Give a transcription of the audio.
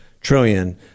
trillion